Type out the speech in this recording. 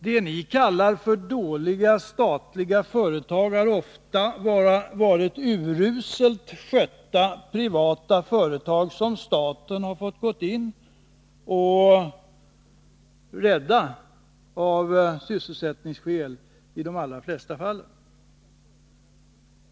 Det ni kallar för dåliga statliga företag har ofta bara varit uruselt skötta privata företag som staten har fått gå in och rädda av sysselsättningsskäl.